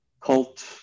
cult